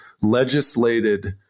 legislated